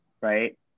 right